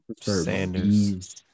Sanders